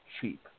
cheap